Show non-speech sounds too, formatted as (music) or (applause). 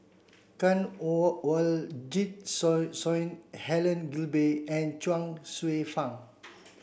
Kanwaljit (unintelligible) Soin Helen Gilbey and Chuang Hsueh Fang